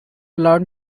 learn